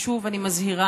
ושוב אני מזהירה,